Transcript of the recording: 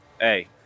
hey